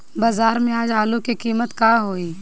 बाजार में आज आलू के कीमत का होई?